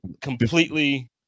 completely